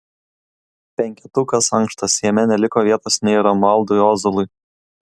penketukas ankštas jame neliko vietos nei romualdui ozolui